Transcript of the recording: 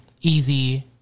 easy